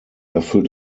erfüllt